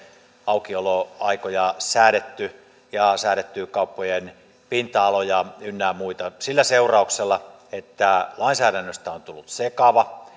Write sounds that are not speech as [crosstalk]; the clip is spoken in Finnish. aukioloaikoja säädetty ja säädetty kauppojen pinta aloja ynnä muita sillä seurauksella että lainsäädännöstä on tullut sekava [unintelligible]